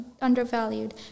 undervalued